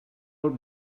all